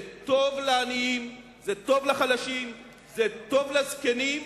זה טוב לעניים, זה טוב לחלשים, זה טוב לזקנים,